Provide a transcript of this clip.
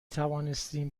توانستیم